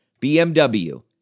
BMW